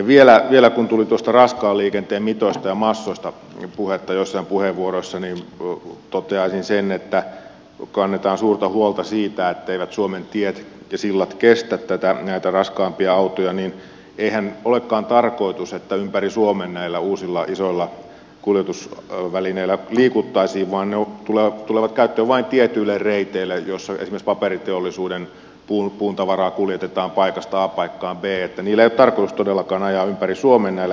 kun tuli noista raskaan liikenteen mitoista ja massoista puhetta joissain puheenvuoroissa niin toteaisin vielä sen että kun kannetaan suurta huolta siitä etteivät suomen tiet ja sillat kestä näitä raskaampia autoja niin eihän olekaan tarkoitus että ympäri suomen näillä uusilla isoilla kuljetusvälineillä liikuttaisiin vaan ne tulevat käyttöön vain tietyille reiteille joilla esimerkiksi paperiteollisuuden puutavaraa kuljetetaan paikasta a paikkaan b ei ole tarkoitus todellakaan ajaa ympäri suomen näillä isoilla autoilla